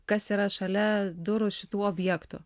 kas yra šalia durų šitų objektų